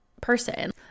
person